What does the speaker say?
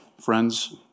friends